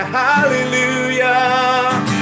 hallelujah